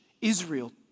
Israel